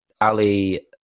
Ali